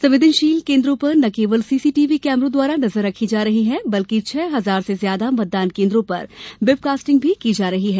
संवेदनशील केन्द्रों पर न केवल सीसीटीवी कैमरो द्वारा भी नजर रखी जा रही है बल्कि छह हजार से ज्यादा मतदान केन्द्रो पर वैबकास्टिंग की जा रही है